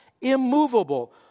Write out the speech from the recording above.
immovable